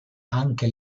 anche